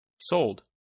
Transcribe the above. Sold